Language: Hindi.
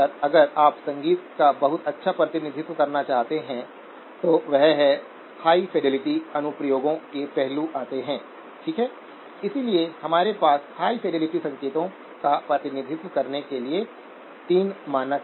तो आप देख सकते हैं कि यह ट्राइओड रीजन की तरफ बढ़ रहा है क्यों यह लिमिट समझ में आती है